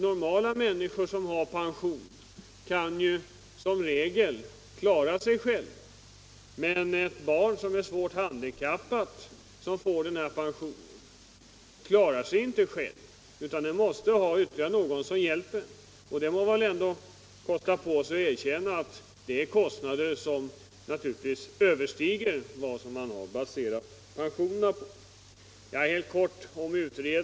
Normala människor som har pension kan som regel klara sig själva, men ett svårt handikappat barn som får denna pension måste ha någon som hjälper sig. Och man kan väl kosta på sig att erkänna att kostnaderna för den vården överstiger pensionen.